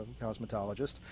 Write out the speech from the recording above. cosmetologist